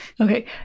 Okay